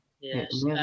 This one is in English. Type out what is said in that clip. Yes